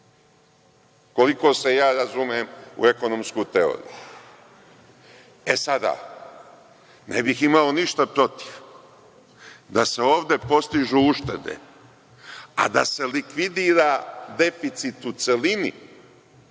koliko se ja razumem u ekonomsku teoriju.E sada, ne bih imao ništa protiv da se ovde postižu uštede, a da se likvidira deficit u celini,